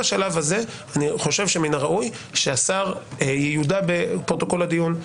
אני חושב שכבר בשלב הזה מן הראוי שהשר ייודע בפרוטוקול הדיון,